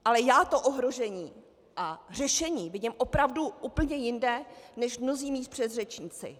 Ale já to ohrožení a řešení vidím opravdu úplně jinde než mnozí mí předřečníci.